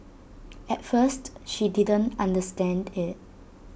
at first she didn't understand IT